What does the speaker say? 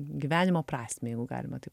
gyvenimo prasmę jeigu galima taip